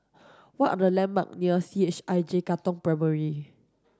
what are the landmarks near C H I J Katong Primary